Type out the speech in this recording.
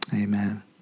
Amen